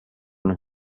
non